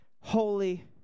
holy